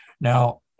Now